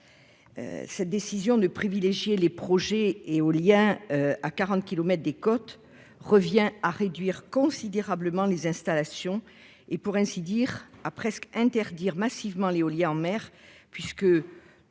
Cette décision de privilégier les projets éoliens à 40 kilomètres des côtes revient à réduire considérablement les installations et pour ainsi dire à presque interdire massivement l'éolien en mer puisque